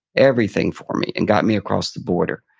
everything for me, and got me across the border.